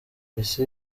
isi